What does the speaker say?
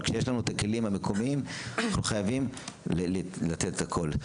אבל כשיש הכלים המקומיים אנחנו חייבים לתת הכול.